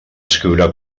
escriure